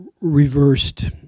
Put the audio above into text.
reversed